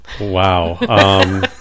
wow